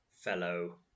fellow